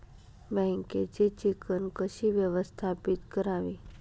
बँकेची चिकण कशी व्यवस्थापित करावी?